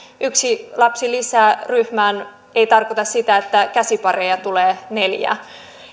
yksi lapsi lisää ryhmään ei tarkoita sitä että käsipareja tulee neljä